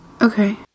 Okay